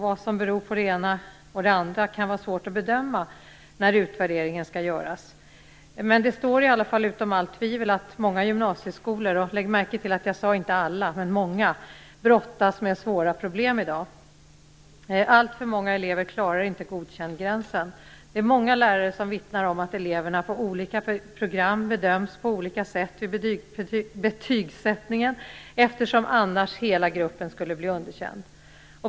Vad som beror på det ena och det andra kan vara svårt att bedöma när utvärderingen skall göras. Men det står utom allt tvivel att många gymnasieskolor - lägg märke till att jag inte sade alla - brottas med svåra problem i dag. Alltför många elever klarar inte gränsen för godkänd. Många lärare vittnar om att eleverna på olika program bedöms på olika sätt vid betygsättningen, eftersom hela gruppen annars skulle bli underkänd.